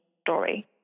story